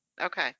okay